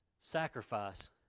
sacrifice